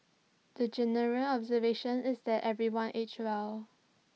the general observation is that everyone aged well